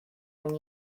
when